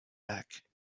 back